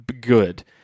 good